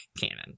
canon